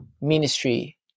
ministry